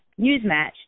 Newsmatch